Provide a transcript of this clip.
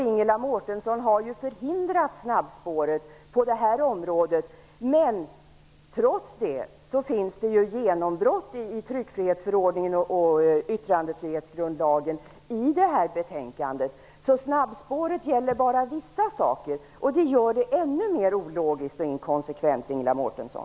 Ingela Mårtensson har ju förhindrat att snabbspåret används på detta område, men trots det finns det genombrott i tryckfrihetsförordningen och yttrandefrihetsgrundlagen i detta betänkande. Så snabbspåret gäller bara i vissa frågor, och det gör det hela ännu mer ologiskt och inkonsekvent, Ingela Mårtensson!